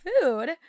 food